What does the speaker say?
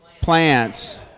plants